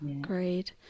great